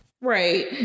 Right